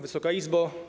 Wysoka Izbo!